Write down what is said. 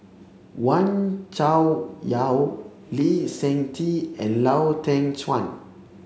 Wee Cho Yaw Lee Seng Tee and Lau Teng Chuan